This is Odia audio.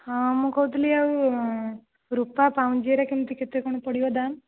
ହଁ ମୁଁ କହୁଥିଲି ଆଉ ରୂପା ପାଉଁଜିରେ କେମତି କେତେ କ'ଣ ପଡ଼ିବ ଦାମ୍